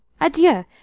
Adieu